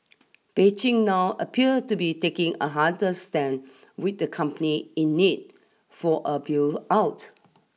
Beijing now appear to be taking a harder stand with the company in need for a bill out